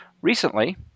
Recently